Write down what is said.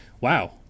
wow